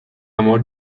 مورد